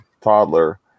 toddler